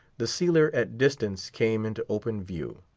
the sealer at distance came into open view.